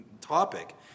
topic